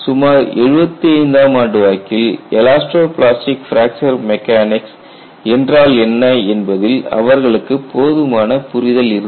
சுமார் 75 ஆம் ஆண்டு வாக்கில் எலாஸ்டோ பிளாஸ்டிக் பிராக்சர் மெக்கானிக்ஸ் என்றால் என்ன என்பதில் அவர்களுக்கு போதுமான புரிதல் இருந்தது